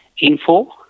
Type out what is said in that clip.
Info